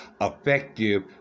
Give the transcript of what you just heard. effective